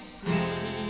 see